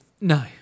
No